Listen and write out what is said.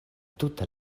tuta